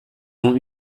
ont